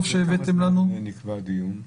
טוב שהבאתם לנו ------ כמה זמן נקבע הדיון?